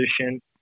position